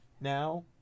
now